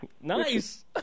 Nice